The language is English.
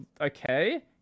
Okay